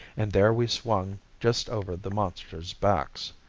and there we swung just over the monsters' backs.